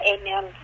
Amen